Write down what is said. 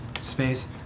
space